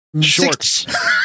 shorts